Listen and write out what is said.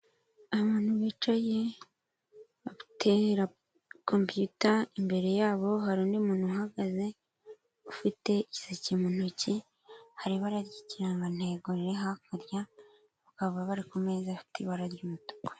Abantu bicaye bafite kopituya imbere yabo; hari undi muntu uhagaze ufite igiseke mu ntoki; hari ibara ry'ikirangantego riri hakurya; bakaba bari ku meza afite ibara ry'umutuku.